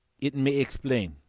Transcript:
it may explain.